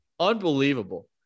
unbelievable